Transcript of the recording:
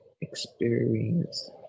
experience